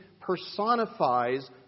personifies